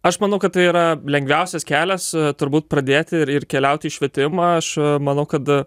aš manau kad tai yra lengviausias kelias turbūt pradėti ir keliauti į švietimą aš manau kad